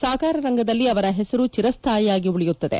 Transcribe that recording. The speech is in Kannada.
ಸಾಕಾರ ರಂಗದಲ್ಲಿ ಅವರ ಹೆಸರು ಚಿರಸ್ನಾಯಿಯಾಗಿ ಉಳಿಯುತ್ತದೆ